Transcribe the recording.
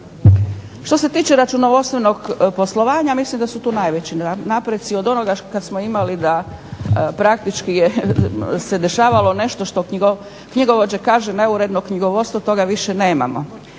Što se tiče računovodstvenog poslovanja, mislim da su tu najveći napredci od onoga kad smo imali da praktički se dešavalo nešto što knjigovođa kaže neuredno knjigovodstvo. Toga više nemamo,